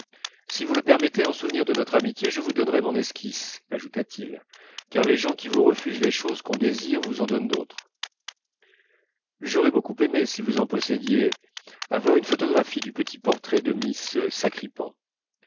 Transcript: si vous le permettez en souvenir de notre amitié je vous donnerai mon esquisse ajouta-t-il car les gens qui vous refusent les choses qu'on désire vous en donnent d'autres j'aurais beaucoup aimé si vous en possédiez avoir une photographie du petit portrait de miss sacripant